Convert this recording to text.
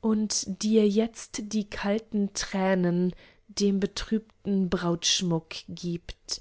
und dir jetzt die kalten tränen den betrübten brautschmuck gibt